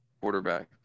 quarterback